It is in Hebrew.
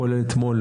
כולל אתמול,